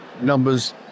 numbers